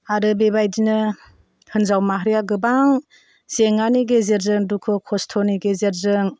आरो बिबादिनो होन्जाव माहारिया गोबां जेंनानि गेजेरजों दुखु खस्थ'नि गेजेरजों